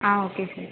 okay sir